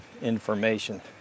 information